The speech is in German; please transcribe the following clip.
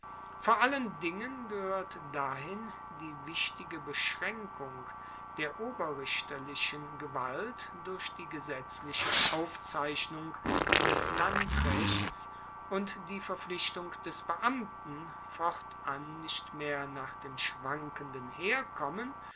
vor allen dingen gehoert dahin die wichtige beschraenkung der oberrichterlichen gewalt durch die gesetzliche aufzeichnung des landrechts und die verpflichtung des beamten fortan nicht mehr nach dem schwankenden herkommen